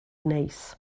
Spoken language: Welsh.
neis